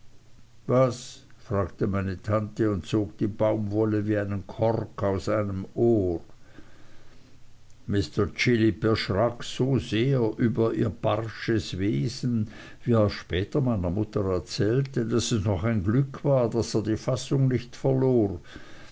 was fragte meine tante und zog die baumwolle wie einen kork aus einem ohr mr chillip erschrak so sehr über ihr barsches wesen wie er später meiner mutter erzählte daß es noch ein glück war daß er die fassung nicht verlor